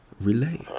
relay